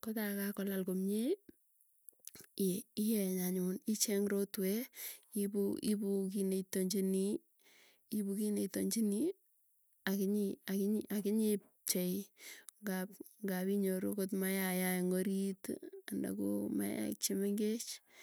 koi kakolal komie ieny anyun icheng rotwee iipu kiit neitochini aginyi pchei ngap inyoru akot mayaya ing orit ana koo mayai chemengech.